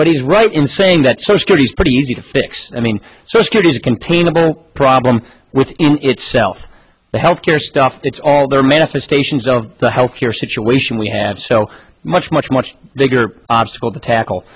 but he's right in saying that he's pretty easy to fix i mean problem with itself the health care stuff it's all there manifestations of the health care situation we have so much much much bigger obstacle to tackle